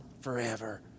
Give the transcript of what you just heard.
forever